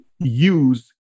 use